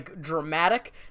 dramatic